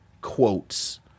quotes